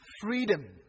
Freedom